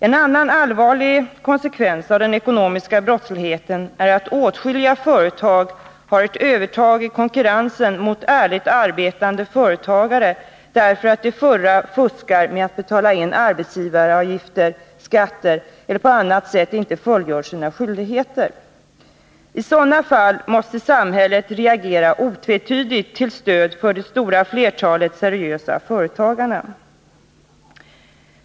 En annan allvarlig konsekvens av den ekonomiska brottsligheten är att åtskilliga företag har ett övertag i konkurrensen över ärligt arbetande företagare, därför att de förra fuskar med att betala in arbetsgivaravgifter och skatter eller på annat sätt inte fullgör sina skyldigheter. I sådana fall måste samhället reagera otvetydigt till stöd för det stora flertalet seriösa företagare.